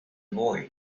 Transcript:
boy